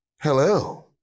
Hello